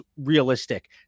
realistic